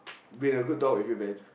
been a good talk with you man